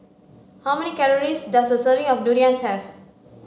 how many calories does a serving of durian have